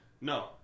No